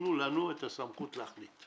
שייתנו לנו את הסמכות להחליט.